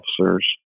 officers